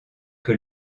que